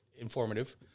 informative